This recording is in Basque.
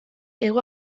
hego